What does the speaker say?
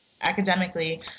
academically